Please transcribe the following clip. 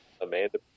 Amanda